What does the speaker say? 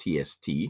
TST